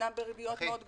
אומנם בריביות מאוד גבוהות,